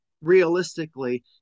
realistically